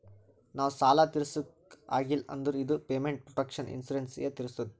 ನಾವ್ ಸಾಲ ತಿರುಸ್ಲಕ್ ಆಗಿಲ್ಲ ಅಂದುರ್ ಇದು ಪೇಮೆಂಟ್ ಪ್ರೊಟೆಕ್ಷನ್ ಇನ್ಸೂರೆನ್ಸ್ ಎ ತಿರುಸ್ತುದ್